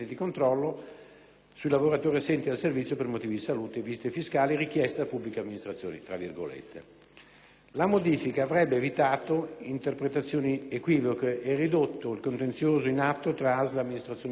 sui lavoratori assenti dal servizio per motivi di salute (visite fiscali) richieste da pubbliche amministrazioni». La modifica avrebbe evitato interpretazioni equivoche e ridotto il contenzioso in atto tra ASL ed amministrazioni pubbliche